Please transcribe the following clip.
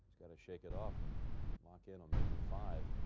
to shake it off and lock in on making five.